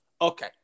Okay